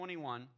21